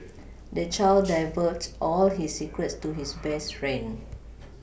the child divulged all his secrets to his best friend